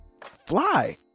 fly